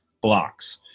blocks